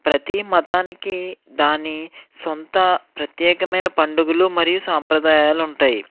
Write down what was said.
ప్రతి మతానికి దాని సొంత ప్రత్యేకమైన పండుగలు మరియు సాంప్రదాయాలు ఉంటాయి